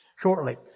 Shortly